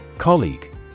Colleague